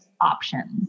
options